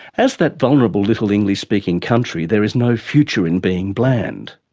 as that vulnerable little english speaking country there is no future in being bland!